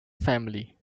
family